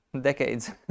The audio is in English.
decades